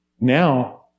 now